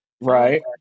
Right